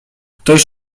ktoś